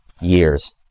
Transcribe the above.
years